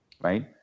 right